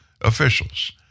officials